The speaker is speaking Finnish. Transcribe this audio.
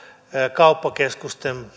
kauppakeskusten